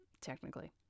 technically